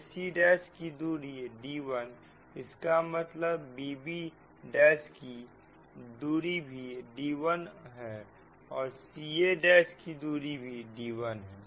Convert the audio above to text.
ac' की दूरी d1 इसका मतलब bb' की दूरी भी d1 है ca' की दूरी भी d1 है